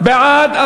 בעד,